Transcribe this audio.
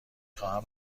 خواهم